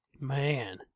Man